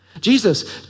Jesus